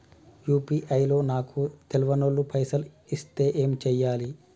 UPI లో నాకు తెల్వనోళ్లు పైసల్ ఎస్తే ఏం చేయాలి?